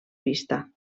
vista